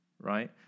right